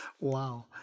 Wow